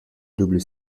double